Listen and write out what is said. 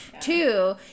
Two